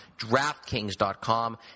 DraftKings.com